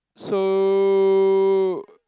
so